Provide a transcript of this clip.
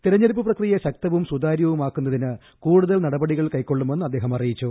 തെരഞ്ഞെടുപ്പ് പ്രക്രിയ ശക്തവും സുതാര്യവുമാക്കുന്നതിന് കൂടുതൽ നടപടികൾ കൈക്കൊള്ളുമെന്ന് അദ്ദേഹം അറിയിച്ചു